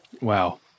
Wow